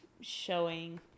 showing